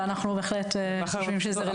אנחנו בהחלט חושבים שזה רלוונטי.